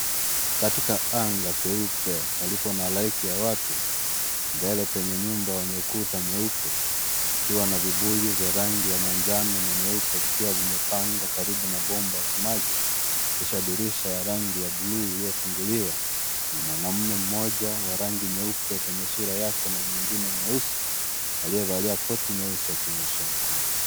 Katika anga peupe palipo na halaiki ya watu mbele penye nyumba wenye ukuta mweupe pakiwa na vibuyu vya rangi ya manjano n ameupe vikiwa vimepangwa karibu na bomba la maji kisha dirisha ya rangi ya bluu iliyofunguliwa na mwanaume mmoja wa rangi nyeupe kwenye sura yake na mwingine mweusi aliyevalia koti nyeusi akimnyoshea mkono.